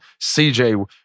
CJ